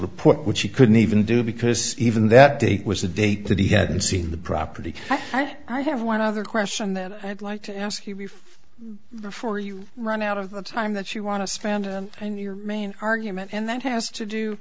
report which he couldn't even do because even that date was the date that he hadn't seen the property but i have one other question that i'd like to ask you before before you run out of time that you want to spend your main argument and that has to do